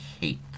Hate